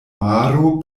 maro